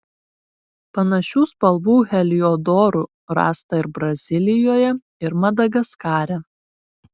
panašių spalvų heliodorų rasta ir brazilijoje ir madagaskare